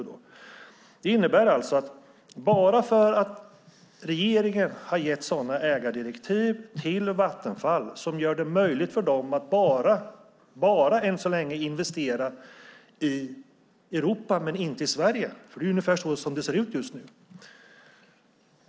Regeringen har alltså gett sådana ägardirektiv till Vattenfall som än så länge gör det möjligt för dem att investera bara i Europa men inte i Sverige. Det är ju ungefär så det ser ut just nu.